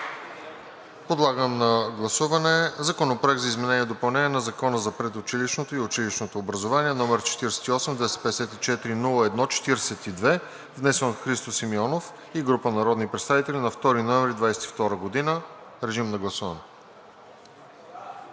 Подлагам на гласуване Законопроект за изменение и допълнение на Закона за предучилищното и училищното образование № 48-254-01-42, внесен от Христо Симеонов и група народни представители на 2 ноември 2022 г. Гласували